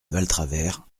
valtravers